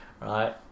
right